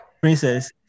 Princess